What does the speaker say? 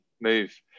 move